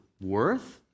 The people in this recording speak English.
worth